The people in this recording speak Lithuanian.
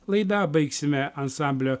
laidą baigsime ansamblio